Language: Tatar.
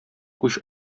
күз